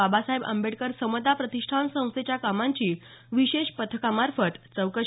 बाबासाहेब आंबेडकर समता प्रतिष्ठान संस्थेच्या कामांची विशेष पथका मार्फत चौकशी